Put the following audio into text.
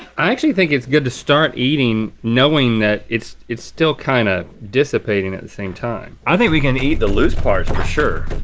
i actually think it's good to start eating knowing that it's it's still kinda dissipating at the same time. i think we can eat the loose parts for sure.